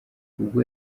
ubwo